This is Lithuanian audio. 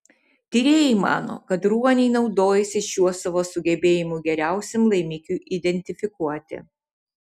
tyrėjai mano kad ruoniai naudojasi šiuo savo sugebėjimu geriausiam laimikiui identifikuoti